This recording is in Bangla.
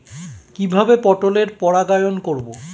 কিভাবে পটলের পরাগায়ন করব?